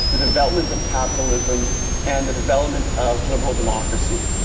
the development of capitalism and the development of liberal democracy.